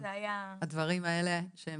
הדברים האלה,